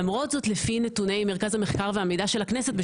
למרות זאת לפי נתוני מרכז המחקר והמידע של הכנסת,